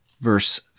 verse